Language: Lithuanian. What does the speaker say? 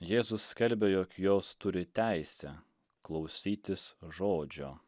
jėzus skelbia jog jos turi teisę klausytis žodžio